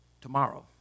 tomorrow